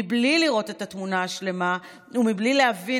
מבלי לראות את התמונה השלמה ומבלי להבין